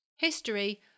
History